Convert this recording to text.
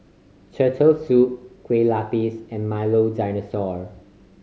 Turtle Soup Kueh Lapis and Milo Dinosaur